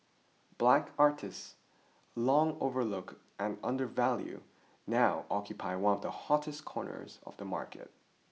black artists long overlooked and undervalued now occupy one of the hottest corners of the market